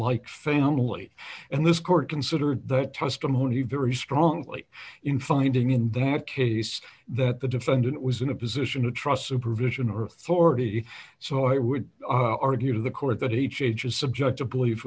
like family and this court considered that testimony very strongly in finding in that case that the defendant was in a position to trust supervision or authority so i would argue to the court that he changes subjective belie